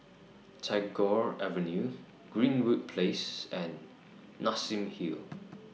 Tagore Avenue Greenwood Place and Nassim Hill